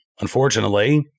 unfortunately